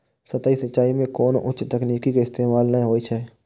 सतही सिंचाइ मे कोनो उच्च तकनीक के इस्तेमाल नै होइ छै